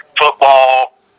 football